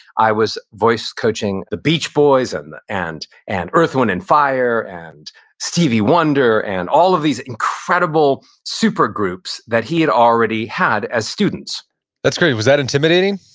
i was voice coaching the beach boys and and earth, wind and fire and stevie wonder and all of these incredible super groups that he had already had as students that's great. was that intimidating?